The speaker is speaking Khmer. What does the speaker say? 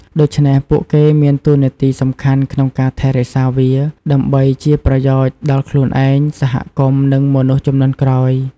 ដូច្នេះ ពួកគេមានតួនាទីសំខាន់ក្នុងការថែរក្សាវា ដើម្បីជាប្រយោជន៍ដល់ខ្លួនឯង សហគមន៍ និងមនុស្សជំនាន់ក្រោយ។